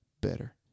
better